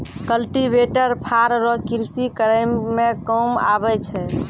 cultivator फार रो कृषि करै मे काम आबै छै